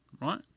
right